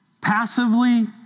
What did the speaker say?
passively